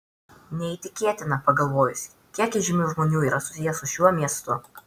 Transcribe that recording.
neįtikėtina pagalvojus kiek įžymių žmonių yra susiję su šiuo miestu